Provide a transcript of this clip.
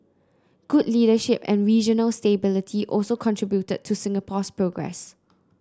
good leadership and regional stability also contributed to Singapore's progress